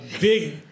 big